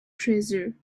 treasure